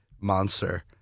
monster